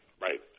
right